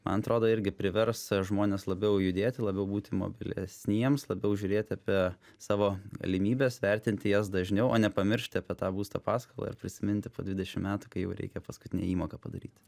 man atrodo irgi privers žmones labiau judėti labiau būti mobilesniems labiau žiūrėti apie savo galimybes vertinti jas dažniau o ne pamiršti apie tą būsto paskolą ir prisiminti po dvidešimt metų kai jau reikia paskutinę įmoką padaryti